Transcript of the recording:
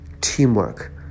teamwork